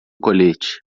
colete